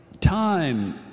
time